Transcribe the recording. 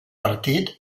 partit